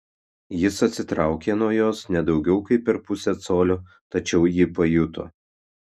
jis atsitraukė nuo jos ne daugiau kaip per pusę colio tačiau ji pajuto